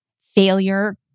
failure